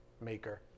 maker